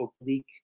oblique